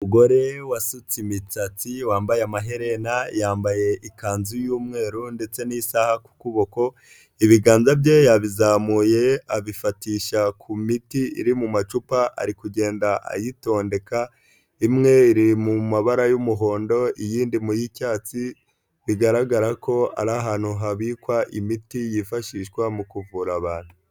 Umugore wasutse imitsatsi, wambaye amaherena, yambaye ikanzu y'umweru ndetse n'isaha ku kuboko, ibiganza bye yabizamuye abifatisha ku miti iri mu macupa ari kugenda ayitondeka, imwe iri mu mabara y'umuhondo iyindi mu y'icyatsi, bigaragara ko ari ahantu habikwa imiti yifashishwa mu kuvura abantu.